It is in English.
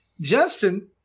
Justin